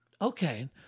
Okay